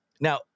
Now